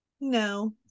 No